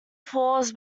falls